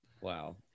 Wow